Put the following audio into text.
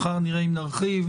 מחר נראה אם נרחיב,